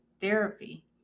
therapy